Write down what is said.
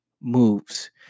moves